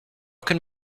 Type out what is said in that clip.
can